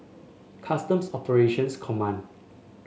Customs Operations Command